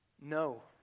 no